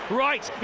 right